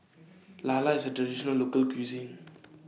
Lala IS A Traditional Local Cuisine